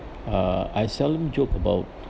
uh I seldom joke about